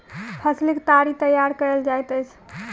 फसीलक ताड़ी तैयार कएल जाइत अछि